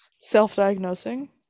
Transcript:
Self-diagnosing